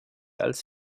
als